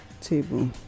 table